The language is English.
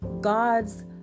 God's